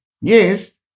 Yes